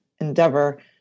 endeavor